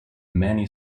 many